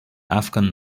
afghan